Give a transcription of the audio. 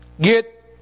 Get